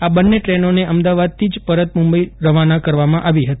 આ બન્ને ટ્રેનોને અમદાવાદથી જ પરત મુંબઈ રવાના કરવામાં આવી હતી